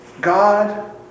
God